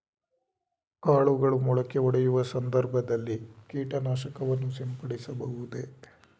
ಕಾಳುಗಳು ಮೊಳಕೆಯೊಡೆಯುವ ಸಂದರ್ಭದಲ್ಲಿ ಕೀಟನಾಶಕವನ್ನು ಸಿಂಪಡಿಸಬಹುದೇ?